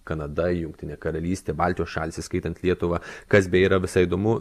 kanada jungtinė karalystė baltijos šalys įskaitant lietuvą kas beje yra visai įdomu